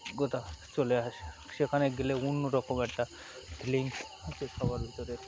অভিজ্ঞতা চলে আসে সেখানে গেলে অন্য রকম একটা ফিলিং আছে সবার ভিতরে